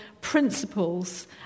principles